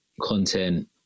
content